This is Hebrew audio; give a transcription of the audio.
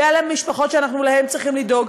ואלה המשפחות שלהן אנחנו צריכים לדאוג,